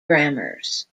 grammars